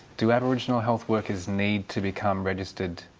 do aboriginal health workers need to become registered